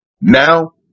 Now